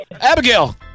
Abigail